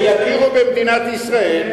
ויכירו במדינת ישראל.